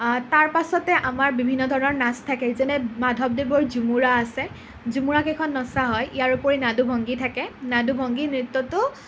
তাৰ পাছতে আমাৰ বিভিন্ন ধৰণৰ নাচ থাকে যেনে মাধৱদেৱৰ ঝুমুৰা আছে ঝুমুৰা কেইখন নচা হয় ইয়াৰ উপৰি নাদু ভংগী থাকে নাদু ভংগী নৃত্যটো